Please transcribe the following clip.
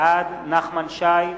בעד נחמן שי,